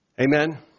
Amen